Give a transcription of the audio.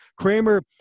Kramer